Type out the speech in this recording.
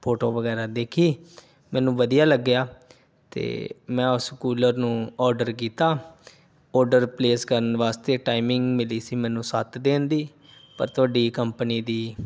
photo ਵਗੈਰਾ ਦੇਖੀ ਮੈਨੂੰ ਵਧੀਆ ਲੱਗਿਆ ਅਤੇ ਮੈਂ ਉਸ ਕੂਲਰ ਨੂੰ ਔਡਰ ਕੀਤਾ ਔਡਰ ਪਲੇਸ ਕਰਨ ਵਾਸਤੇ ਟਾਈਮਿੰਗ ਮਿਲੀ ਸੀ ਮੈਨੂੰ ਸੱਤ ਦਿਨ ਦੀ ਪਰ ਤੁਹਾਡੀ ਕੰਪਨੀ ਦੀ